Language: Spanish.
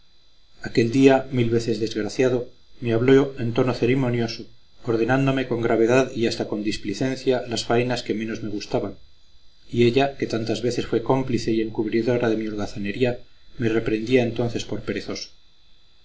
día mil veces desgraciado me habló en tono ceremonioso ordenándome con gravedad y hasta con displicencia las faenas que menos me gustaban y ella que tantas veces fue cómplice y encubridora de mi holgazanería me reprendía entonces por perezoso